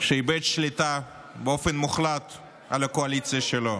שאיבד שליטה באופן מוחלט על הקואליציה שלו.